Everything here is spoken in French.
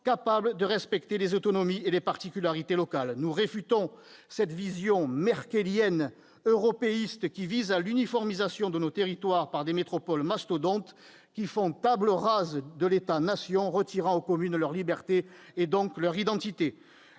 capable de respecter les autonomies et les particularités locales. Nous rejetons cette vision merkelienne, européiste qui vise à l'uniformisation de nos territoires par le biais de la création de métropoles mastodontes faisant table rase de l'État-nation et retirant aux communes leurs libertés, donc leur identité.